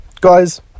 Guys